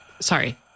Sorry